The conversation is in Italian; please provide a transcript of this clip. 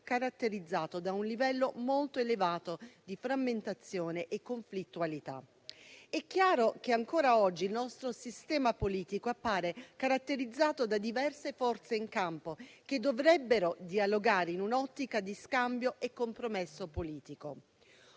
caratterizzato da un livello molto elevato di frammentazione e conflittualità. È chiaro che ancora oggi il nostro sistema politico appare caratterizzato da diverse forze in campo che dovrebbero dialogare in un'ottica di scambio e compromesso politico.